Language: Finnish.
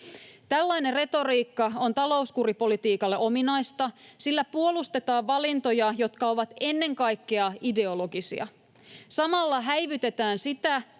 Tällainen retoriikka on talouskuripolitiikalle ominaista: sillä puolustetaan valintoja, jotka ovat ennen kaikkea ideologisia. Samalla häivytetään sitä,